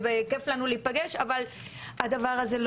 וכיף לנו להיפגש אבל הדבר הזה,